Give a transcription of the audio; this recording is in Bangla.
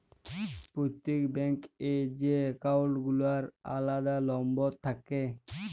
প্রত্যেক ব্যাঙ্ক এ যে একাউল্ট গুলার আলাদা লম্বর থাক্যে